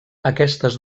aquestes